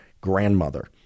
grandmother